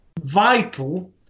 vital